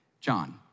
John